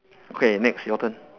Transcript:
okay next your turn